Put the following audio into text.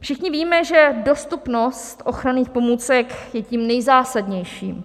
Všichni víme, že dostupnost ochranných pomůcek je tím nejzásadnějším.